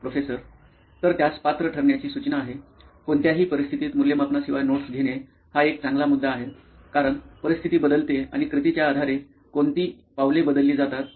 professor तर त्यास पात्र ठरण्याची सूचना आहे कोणत्याही परिस्थितीत मूल्यमापनाशिवाय नोट्स घेणे हा एक चांगला मुद्दा आहे कारण परिस्थिती बदलते आणि कृतीच्या आधारे कोणती पावले बदलली जातात